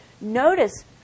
Notice